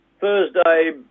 Thursday